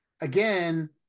again